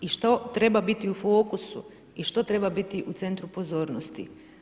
I što treba biti u fokusu i što treba biti u centru pozornosti.